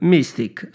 Mystic